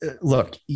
look